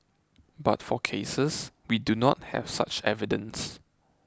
but for cases we do not have such evidence